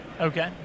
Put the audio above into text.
Okay